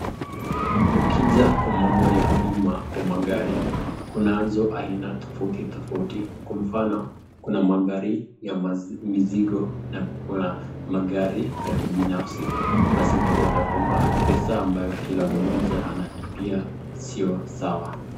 ukija kwa mambo ya bima kwa magari kunazo haina tofauti tofauti, kwa mfano kuna magari ya mizigo na kuna magari ya kibinafsi, basi utapata kwamba pesa ambayo kila moja analipia siyo sawa.